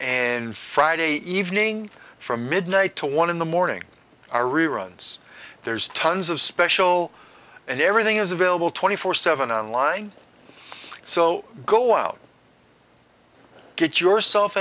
and friday evening from midnight to one in the morning are reruns there's tons of special and everything is available twenty four seven online so go out get yourself